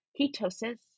ketosis